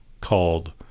called